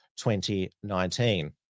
2019